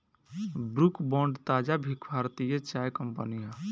Brooke Bond ताज़ा भी भारतीय चाय कंपनी हअ